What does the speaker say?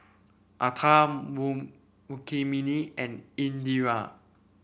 Atal moon Rukmini and Indira